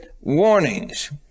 warnings